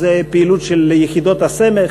פעילות של יחידות הסמך,